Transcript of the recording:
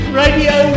radio